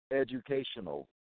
educational